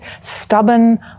stubborn